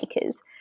makers